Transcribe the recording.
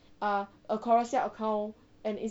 a carousell account